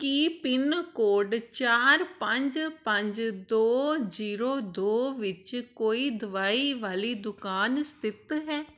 ਕੀ pincode ਚਾਰ ਪੰਜ ਪੰਜ ਦੋ ਜੀਰੋ ਦੋ ਵਿੱਚ ਕੋਈ ਦਵਾਈ ਵਾਲੀ ਦੁਕਾਨ ਸਥਿਤ ਹੈ